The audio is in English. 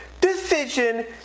decision